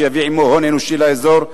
שיביא עמו הון אנושי לאזור,